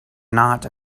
not